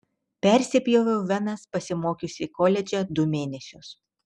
persipjoviau venas pasimokiusi koledže du mėnesius